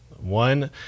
one